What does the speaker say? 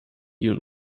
ihren